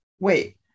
Wait